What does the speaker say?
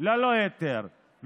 ללא היתר.